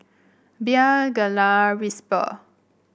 Bia Gelare Whisper